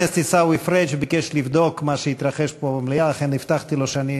בכנסת שעברה הצלחנו להעביר את זה בטרומית אך לא הצלחנו לסיים את החקיקה,